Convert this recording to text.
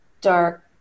dark